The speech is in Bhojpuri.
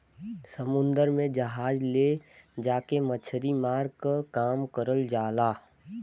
समुन्दर में जहाज ले जाके मछरी मारे क काम करल जाला